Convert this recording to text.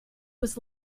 was